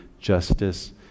justice